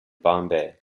bombay